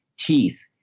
teeth,